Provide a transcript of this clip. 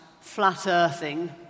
flat-earthing